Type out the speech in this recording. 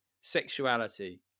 sexuality